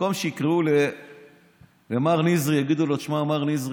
במקום שיקראו למר נזרי ויגידו לו: שמע, מר נזרי,